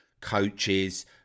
coaches